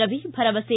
ರವಿ ಭರವಸೆ